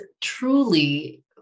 truly